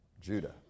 Judah